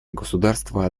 государства